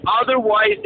Otherwise